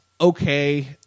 okay